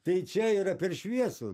tai čia yra per šviesu